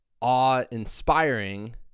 awe-inspiring